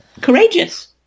courageous